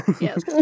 Yes